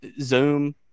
Zoom